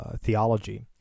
Theology